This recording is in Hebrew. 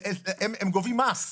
הם גובים מס.